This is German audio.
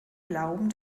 glauben